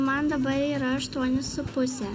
man dabar yra aštuoni su puse